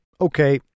okay